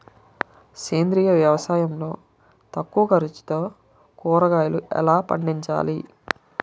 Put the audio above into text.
సేంద్రీయ వ్యవసాయం లో తక్కువ ఖర్చుతో కూరగాయలు ఎలా పండించాలి?